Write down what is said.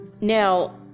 Now